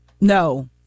No